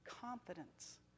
confidence